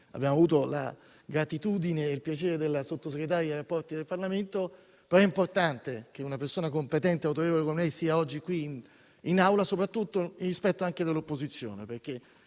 Abbiamo avuto il piacere della presenza della Sottosegretaria ai rapporti con il Parlamento, ma è importante che una persona competente e autorevole come lei sia oggi qui in Aula, soprattutto per rispetto all'opposizione.